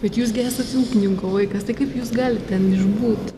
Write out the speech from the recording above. bet jūs gi esat ūkininko vaikas tai kaip jūs galit ten išbūt